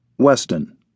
Weston